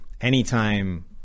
anytime